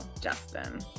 Justin